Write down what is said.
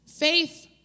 Faith